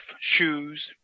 shoes